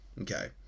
okay